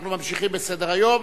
אנחנו ממשיכים בסדר-היום.